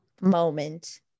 moment